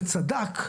וצדק,